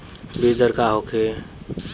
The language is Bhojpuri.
बीजदर का होखे?